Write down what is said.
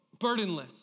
burdenless